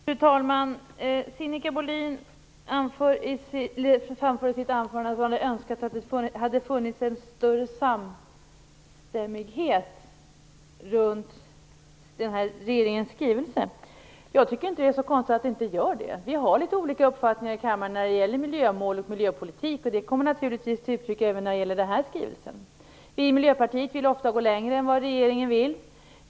Fru talman! Sinikka Bohlin framförde i sitt anförande att hon önskade att det hade funnits en större samstämmighet kring regeringens skrivelse. Jag tycker inte att det är så konstigt att det inte gör det; vi har litet olika uppfattningar här i kammaren när det gäller miljömål och miljöpolitik. Det kommer naturligtvis till uttryck även nu. Vi i Miljöpartiet vill ofta gå längre än vad regeringen vill.